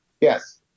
Yes